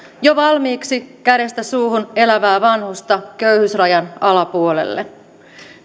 jo valmiiksi kädestä suuhun elävää vanhusta köyhyysrajan alapuolelle